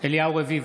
אליהו רביבו,